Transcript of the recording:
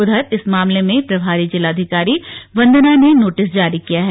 उधर इस मामले में जिलाधिकारी वंदना ने नोटिस जारी किया है